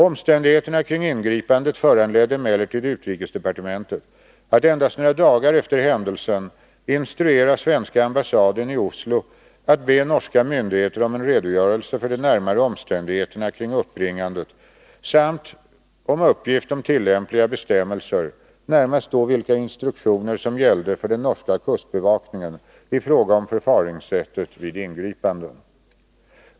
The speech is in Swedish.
Omständigheterna kring ingripandet föranledde emellertid utrikesdepartementet att endast några dagar efter händelsen instruera svenska ambassaden i Oslo att be norska myndigheter om en redogörelse för de närmare omständigheterna kring uppbringandet samt om uppgift om tillämpliga bestämmelser, närmast då vilka instruktioner som gällde för den norska kustbevakningen i fråga om förfaringssättet vid ingripanden.